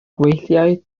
gweithiai